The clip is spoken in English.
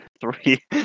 Three